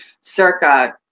circa